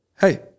hey